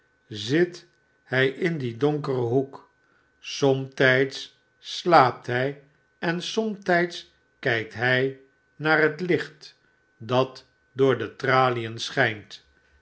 zit hijindien donkeren hoek somtijds slaapt hij en somtijds kijkt hij naar het licht dat door de tralien schijnt